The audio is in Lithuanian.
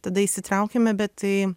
tada įsitraukiame bet tai